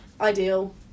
ideal